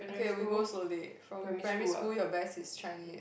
okay we go slowly from primary school your best is Chinese